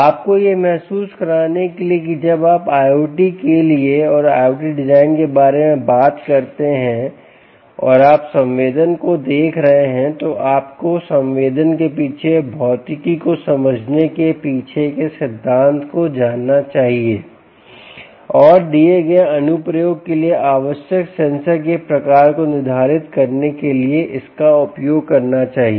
आपको यह महसूस कराने के लिए कि जब आप IOT के लिए और IOT डिज़ाइन के बारे में बात करते हैं और आप संवेदन को देख रहे हैं तो आपको संवेदन के पीछे भौतिकी को समझने के पीछे के सिद्धांत को जानना चाहिए और दिए गए अनुप्रयोग के लिए आवश्यक सेंसर के प्रकार को निर्धारित करने के लिए इसका उपयोग करना चाहिए